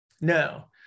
No